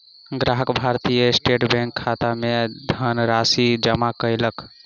ग्राहक भारतीय स्टेट बैंकक खाता मे धनराशि जमा कयलक